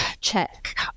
check